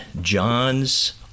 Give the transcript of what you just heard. John's